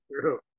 true